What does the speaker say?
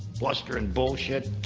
bluster and bullshit,